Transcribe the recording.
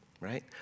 right